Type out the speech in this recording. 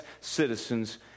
citizens